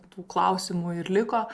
tų klausimų ir liko